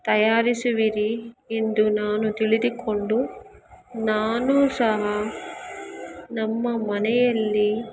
ತಯಾರಿಸುವಿರಿ ಎಂದು ನಾನು ತಿಳಿದುಕೊಂಡು ನಾನು ಸಹ ನಮ್ಮ ಮನೆಯಲ್ಲಿ